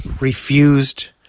refused